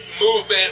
movement